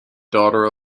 daughter